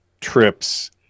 trips